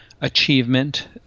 achievement